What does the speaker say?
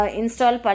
install